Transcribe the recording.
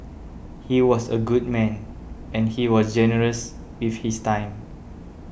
he was a good man and he was generous with his time